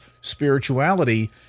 spirituality